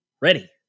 ready